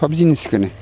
सोब जिनिसखौनो